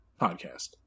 podcast